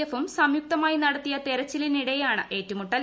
എഫും സംയുക്തമായി നടത്തിയ തെരച്ചിലിനിടെയാണ് ഏറ്റുമുട്ടൽ